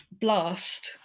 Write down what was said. blast